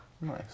Nice